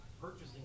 purchasing